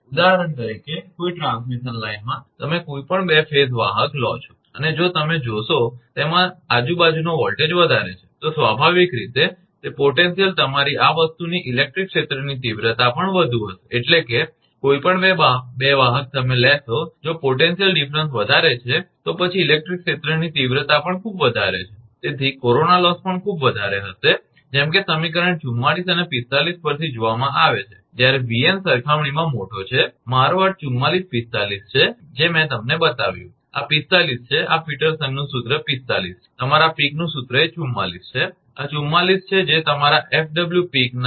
ઉદાહરણ તરીકે કોઈ ટ્રાન્સમિશન લાઇનમાં તમે કોઈપણ 2 ફેઝ વાહક લો છો અને જો તમે જોશો કે તેમાં આજુબાજુનો વોલ્ટેજ વધારે છે તો સ્વાભાવિક રીતે તે પોટેન્શિયલ તમારી આ વસ્તુની ઇલેક્ટ્રિક ક્ષેત્રની તીવ્રતા પણ વધુ હશે એટલે કે કોઈપણ 2 વાહક તમે લેશો જો પોટેન્શિયલ તફાવત વધારે છે તો પછી ઇલેક્ટ્રિક ક્ષેત્રની તીવ્રતા પણ ખૂબ વધારે છે તેથી કોરોના લોસ પણ ખૂબ વધારે હશે જેમ કે સમીકરણ 44 અને 45 પરથી જોવામાં આવે છે જ્યારે 𝑉𝑛 સરખામણીમાં મોટો છે મારો અર્થ 44 45 છે મેં તમને બતાવ્યું આ 45 છે આ પીટરસનનું સૂત્ર 45 છે અને તમારા પીકનું સૂત્ર એ 44 છે આ 44 છે જે તમારા એફડબલ્યુ પીકનાF